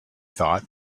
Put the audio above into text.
thought